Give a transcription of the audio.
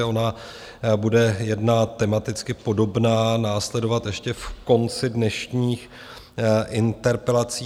Ona bude jedna tematicky podobná následovat ještě v konci dnešních interpelací.